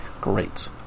Great